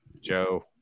Joe